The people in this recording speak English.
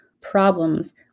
problems